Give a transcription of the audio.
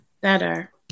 better